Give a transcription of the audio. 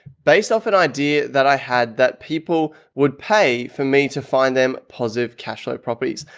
based off an idea that i had that people would pay for me to find them positive cash flow properties.